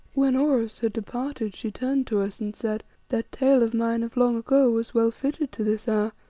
when oros had departed she turned to us and said that tale of mine of long ago was well fitted to this hour,